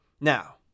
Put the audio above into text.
Now